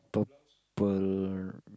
purple